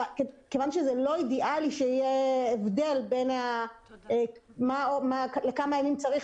כיוון שזה לא אידיאלי שיהיה הבדל בין כמה ימים צריך